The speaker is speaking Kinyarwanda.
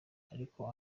ariko